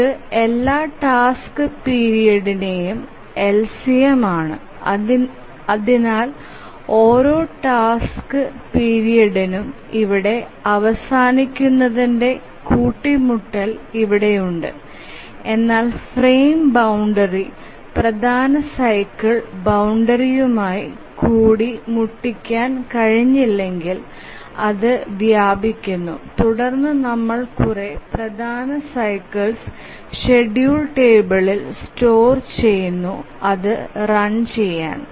ഇത് എല്ലാ ടാസ്ക് പീരിയഡ്ന്ടെയും LCM ആണ് അതിനാൽ ഓരോ ടാസ്ക് പെരിയഡിനും ഇവിടെ അവസാനിക്കുന്നതിന്റെ കൂടിമുട്ടൽ ഇവിടെയുണ്ട് എന്നാൽ ഫ്രെയിം ബൌണ്ടറി പ്രധാന സൈക്കിൾ ബൌണ്ടറിയുമായി കൂടി മുട്ടിക്കാൻ കഴിഞില്ലെകിൽ അത് വ്യാപിക്കുന്നു തുടർന്ന് നമ്മൾ കുറെ പ്രധാന സൈക്കിൾസ് ഷ്ഡ്യൂൽ ടേബിൾഇൽ സ്റ്റോർ ചെയുന്നു അതു റൺ ചെയാൻ